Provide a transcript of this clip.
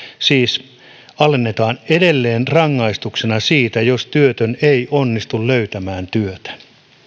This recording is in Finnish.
siis sitä alennetaan edelleen rangaistuksena siitä jos työtön ei onnistu löytämään työtä